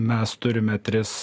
mes turime tris